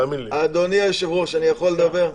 אדוני היושב ראש, אני יכול לדבר?